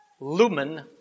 lumen